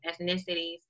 ethnicities